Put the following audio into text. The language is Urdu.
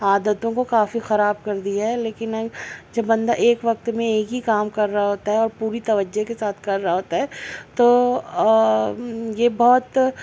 عادتوں کو کافی خراب کر دی ہے لیکن جب بندہ ایک وقت میں ایک ہی کام کر رہا ہوتا ہے اور پوری توجہ کے ساتھ کر رہا ہوتا ہے تو یہ بہت